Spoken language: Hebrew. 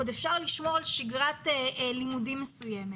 עוד אפשר לשמור על שגרת לימודים מסוימת